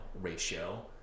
ratio